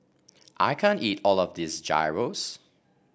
I can't eat all of this Gyros